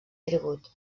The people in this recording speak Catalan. tribut